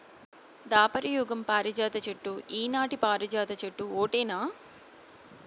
దాపర యుగం పారిజాత చెట్టు ఈనాటి పారిజాత చెట్టు ఓటేనా